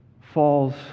falls